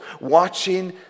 watching